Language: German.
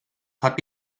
hat